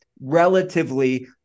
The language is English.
relatively